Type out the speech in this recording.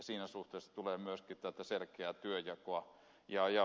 siinä suhteessa tulee myöskin selkeää työnjakoa